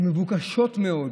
הן מבוקשות מאוד,